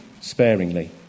sparingly